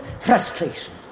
frustration